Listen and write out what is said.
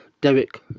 Derek